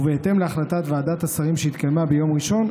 ובהתאם להחלטת ועדת השרים שהתקיימה ביום ראשון,